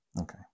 Okay